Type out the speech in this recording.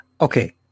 Okay